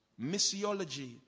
missiology